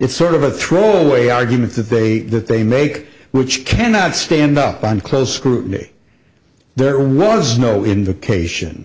it's sort of a throwaway argument that they that they make which cannot stand up on close scrutiny there was no indication